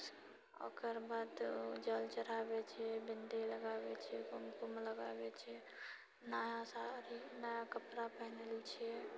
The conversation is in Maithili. ओकर बाद जल चढ़ाबैत छियै बिन्दी लगाबैत छियै कुमकुम लगाबैत छियै नया साड़ी नया कपड़ा पहिन लैत छियै